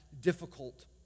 difficult